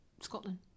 Scotland